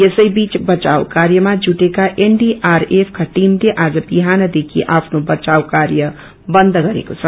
यसै बीच बचाव कार्यमा जुटेको एनडीआरएफ का टीमले आज बिझनदेखि आफ्नो बचाव कार्य बन्द गरेको छ